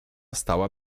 stała